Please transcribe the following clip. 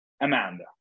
Amanda